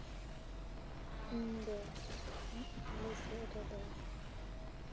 ᱤᱧ ᱫᱚ ᱟᱞᱮ ᱥᱮᱫ ᱨᱮᱫᱚ